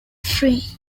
free